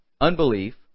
unbelief